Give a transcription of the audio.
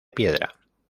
piedra